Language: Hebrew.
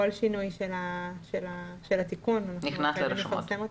כל שינוי של התיקון, צריך לפרסם אותו.